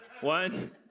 One